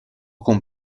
con